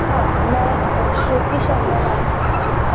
हाँ मैं श्रुति शर्मा बात कर रही हूँ